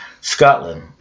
Scotland